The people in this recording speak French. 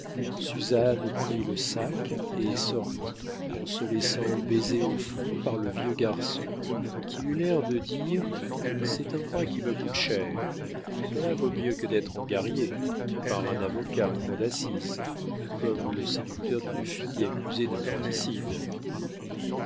suzanne prit le sac et sortit en se laissant baiser au front par le vieux garçon qui eut l'air de dire c'est un droit qui me coûte cher cela vaut mieux que d'être engarrié par un avocat en cour d'assises comme le séducteur d'une fille accusée